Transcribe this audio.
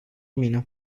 mine